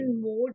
more